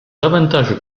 davantage